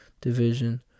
division